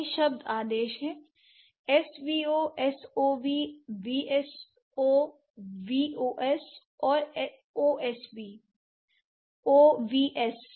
कई शब्द आदेश हैं एसवीओ एसओवी वीएसओ वीओएस और ओएसवी ओवीएस